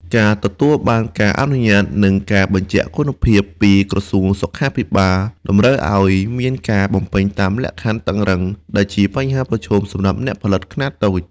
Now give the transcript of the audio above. ការទទួលបានការអនុញ្ញាត និងការបញ្ជាក់គុណភាពពីក្រសួងសុខាភិបាលតម្រូវឱ្យមានការបំពេញតាមលក្ខខណ្ឌតឹងរ៉ឹង ដែលជាបញ្ហាប្រឈមសម្រាប់អ្នកផលិតខ្នាតតូច។